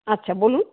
আচ্ছা বলুন